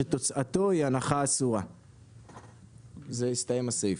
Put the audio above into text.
שתוצאתו היא הנחה אסורה."; זה הסתיים הסעיף.